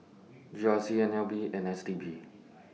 G R C N L B and S T B